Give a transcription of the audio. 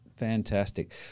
Fantastic